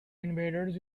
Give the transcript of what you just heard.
invaders